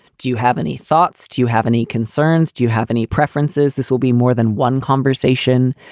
do you have any thoughts? do you have any concerns? do you have any preferences? this will be more than one conversation.